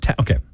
Okay